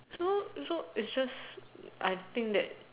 so so it's just I think that